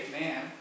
man